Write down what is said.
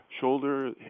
shoulder